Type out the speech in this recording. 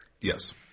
Yes